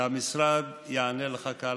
והמשרד יענה לך כהלכה.